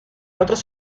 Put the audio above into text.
otras